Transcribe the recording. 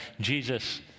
Jesus